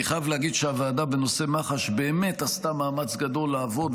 אני חייב להגיד שהוועדה בנושא מח"ש באמת עשתה מאמץ גדול לעבוד,